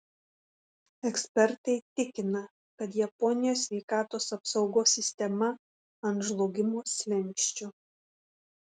ekspertai tikina kad japonijos sveikatos apsaugos sistema ant žlugimo slenksčio